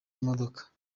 imodoka